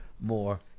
more